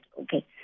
Okay